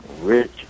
rich